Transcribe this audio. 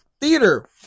Theater